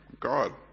God